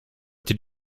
did